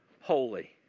holy